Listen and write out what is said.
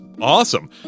awesome